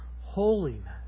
holiness